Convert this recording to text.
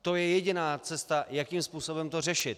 To je jediná cesta, jakým způsobem to řešit.